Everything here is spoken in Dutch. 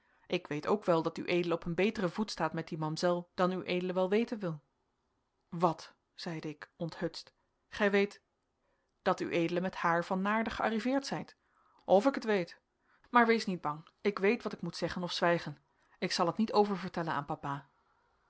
ik weet ook wel dat ued op een beteren voet staat met die mamsel dan ued wel weten wil wat zeide ik onthutst gij weet dat ued met haar van naarden gearriveerd zijt of ik het weet maar wees niet bang ik weet wat ik moet zeggen of zwijgen ik zal het niet oververtellen aan papa